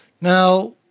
now